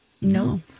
No